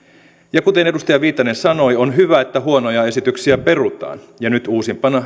kuten edustaja viitanen sanoi on hyvä että huonoja esityksiä perutaan ja nyt uusimpana